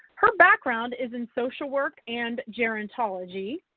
her background is in social work and gerontology.